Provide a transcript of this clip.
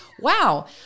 wow